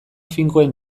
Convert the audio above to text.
finkoen